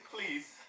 Please